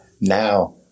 now